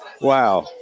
wow